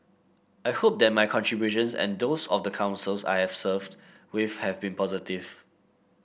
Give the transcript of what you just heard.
I hope that my contributions and those of the Councils I have served with have been positive